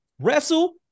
wrestle